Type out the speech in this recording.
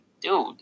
Dude